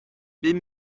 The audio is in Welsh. bum